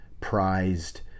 prized